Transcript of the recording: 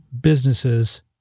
businesses